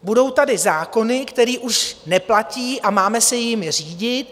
Budou tady zákony, které už neplatí, a máme se jimi řídit.